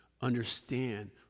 understand